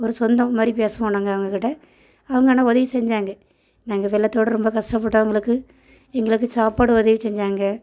ஒரு சொந்தம் மாதிரி பேசுவோம் நாங்கள் அவங்ககிட்ட அவங்க ஆனால் உதவி செஞ்சாங்க நாங்கள் வெள்ளத்தோடயே ரொம்ப கஷ்டப்பட்டவங்களுக்கு எங்களுக்கு சாப்பாடு உதவி செஞ்சாங்க